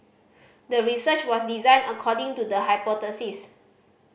the research was designed according to the hypothesis